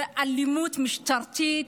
הייתה אלימות משטרתית,